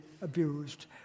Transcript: abused